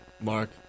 Mark